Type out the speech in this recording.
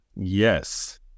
Yes